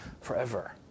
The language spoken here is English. forever